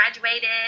graduated